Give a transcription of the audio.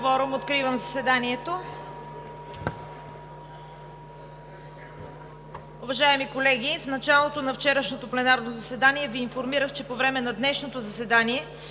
Откривам заседанието.